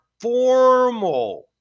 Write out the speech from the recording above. formal